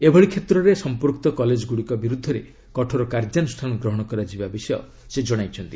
ଏଭଳି କ୍ଷେତ୍ରରେ ସଂପୃକ୍ତ କଲେଜଗୁଡ଼ିକ ବିରୁଦ୍ଧରେ କଠୋର କାର୍ଯ୍ୟାନୁଷ୍ଠାନ ଗ୍ରହଣ କରାଯିବା ବିଷୟ ସେ ଜଣାଇଛନ୍ତି